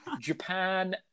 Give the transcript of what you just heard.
Japan